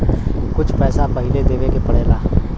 कुछ पैसा पहिले देवे के पड़ेला